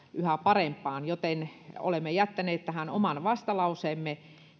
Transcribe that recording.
yhä parempaan joten olemme jättäneet tähän oman vastalauseemme